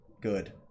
good